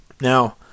Now